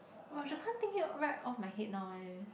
but should can't think it right off my head now eh